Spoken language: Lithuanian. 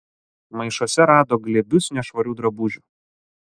maišuose rado glėbius nešvarių drabužių